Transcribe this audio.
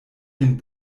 den